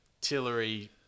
Tillery